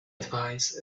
advice